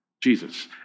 Jesus